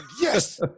yes